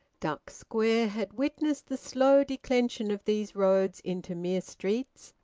duck square had witnessed the slow declension of these roads into mere streets,